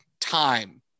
time